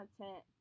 content